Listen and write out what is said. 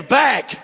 back